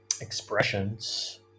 expressions